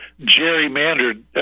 gerrymandered